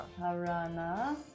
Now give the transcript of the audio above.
harana